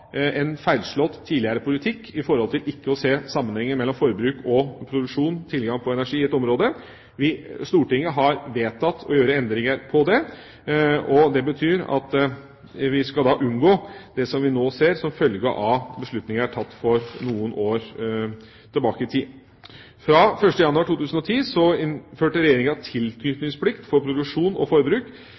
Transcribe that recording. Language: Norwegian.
en tidligere feilslått politikk i forhold til ikke å se sammenhengen mellom forbruk og produksjon og tilgang på energi i et område. Stortinget har vedtatt å gjøre endringer på det, og det betyr at vi skal unngå det vi nå ser som følge av beslutninger tatt noen år tilbake i tid. Fra 1. januar 2010 innførte Regjeringa tilknytningsplikt for produksjon og forbruk.